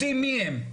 יודעים מי הם.